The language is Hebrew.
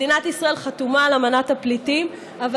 מדינת ישראל חתומה על אמנת הפליטים אבל